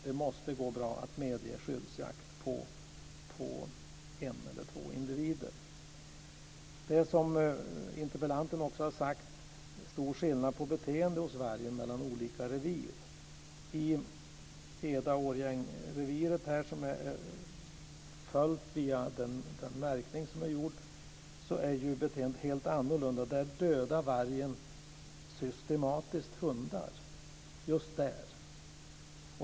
Det måste gå bra att medge skyddsjakt på en eller två individer. Precis som interpellanten har sagt är det stor skillnad i beteende hos vargen mellan olika revir. Via den märkning som har gjorts har man sett att beteendet hos djuren i Ed-Årjäng-reviret är helt annorlunda. Där dödar vargen systematiskt hundar.